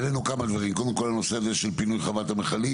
העלנו כמה דברים, נושא פינוי חוות המכלים